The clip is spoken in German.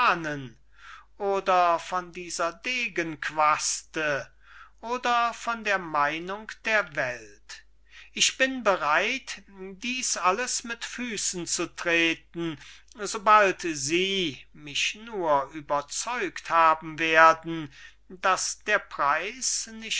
ahnen oder von dieser degenquaste oder von der meinung der welt ich bin bereit dies alles mit füßen zu treten sobald sie mich nur überzeugt haben werden daß der preis